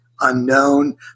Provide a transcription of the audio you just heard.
unknown